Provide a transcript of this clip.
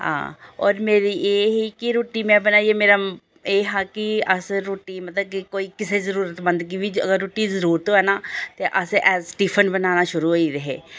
और मेरी एह् ही कि रुट्टी बनाइयै मेरा एह् हा कि अस रुट्टी मतलब कि कुसै जरूरतमंद गी बी अगर रुट्टी दी जरूरत होए ना ते असें टीफन बनाना शुरू होई गेदे हे